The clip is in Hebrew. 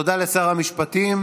תודה לשר המשפטים.